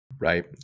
right